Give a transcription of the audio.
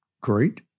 great